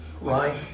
right